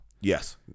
Yes